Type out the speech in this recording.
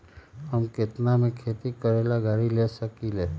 हम केतना में खेती करेला गाड़ी ले सकींले?